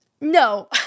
No